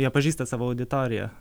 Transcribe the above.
jie pažįsta savo auditoriją